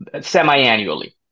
semi-annually